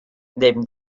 neben